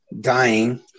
dying